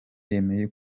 yemeye